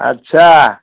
अच्छा